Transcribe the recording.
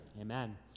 Amen